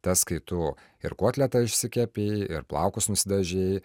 tas kai tu ir kotletą išsikepi ir plaukus nusidažei